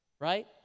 right